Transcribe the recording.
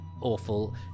awful